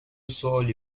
سوالی